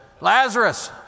Lazarus